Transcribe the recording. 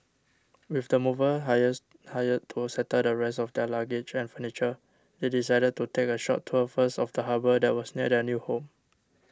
with the movers hires hired to settle the rest of their luggage and furniture they decided to take a short tour first of the harbour that was near their new home